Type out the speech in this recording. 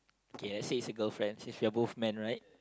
K let's say it's a girlfriend since we are both man right